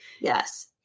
Yes